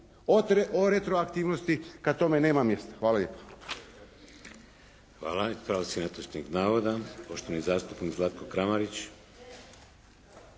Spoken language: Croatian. o retroaktivnosti kad tome nema mjesta. Hvala lijepa. **Šeks, Vladimir (HDZ)** Hvala. Ispravci netočnih navoda. Poštovani zastupnik Zlatko Kramarić.